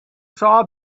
saw